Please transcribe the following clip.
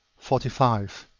forty five.